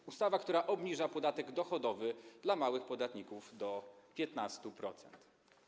To ustawa, która obniża podatek dochodowy dla małych podatników do 15%.